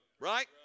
Right